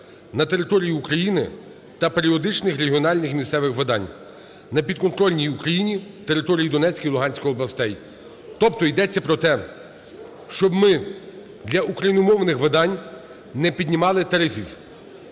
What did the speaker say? на території України та періодичних регіональних і місцевих видань на підконтрольній Україні території Донецької і Луганської областей. Тобто йдеться про те, щоб ми для україномовних видань не піднімали тарифів.